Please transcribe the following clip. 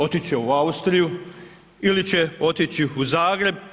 Otići će u Austriju ili će otići u Zagreb.